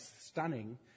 stunning